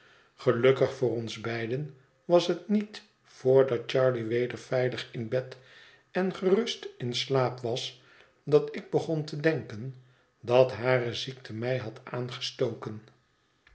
gelukkig voor ons beiden was het niet voordat charley weder veilig in bed en gerust in slaap was dat ik begon te denken dat hare ziekte mij had aangestoken